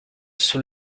sous